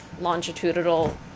longitudinal